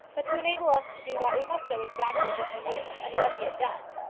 but to enable us to do that we must know exactly what he knew and what he had done.